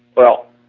well